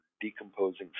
decomposing